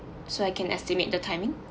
so I can estimate the timing